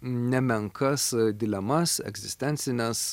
nemenkas dilemas egzistencines